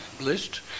list